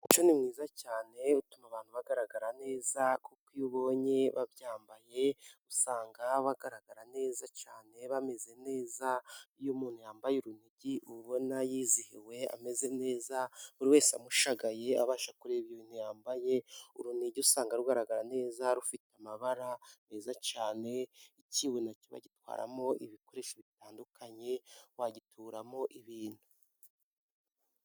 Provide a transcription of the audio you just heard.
Umuco ni mwiza cyane, utuma abantu bagaragara neza kuko iyo ubonye babyambaye, usanga bagaragara neza cyane bameze neza, iyo umuntu yambaye urunigi uba ubona yizihiwe ameze neza, buri wese amushagaye abasha kureba ibintu yambaye, urunigi usanga rugaragara neza rufite amabara meza cyane, ikibo na cyo bagitwaramo ibikoresho bitandukanye wagituramo ibintu.